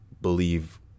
believe